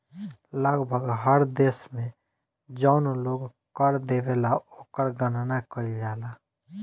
लगभग हर देश में जौन लोग कर देवेला ओकर गणना कईल जाला